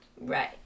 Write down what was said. Right